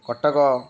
Cuttack